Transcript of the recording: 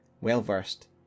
well-versed